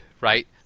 right